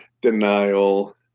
denial